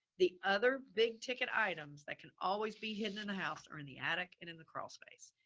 the other big ticket items that can always be hidden in the house or in the attic and in the crawl space.